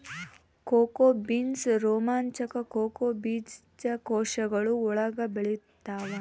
cocoa beans ರೋಮಾಂಚಕ cocoa ಬೀಜಕೋಶಗಳ ಒಳಗೆ ಬೆಳೆತ್ತವ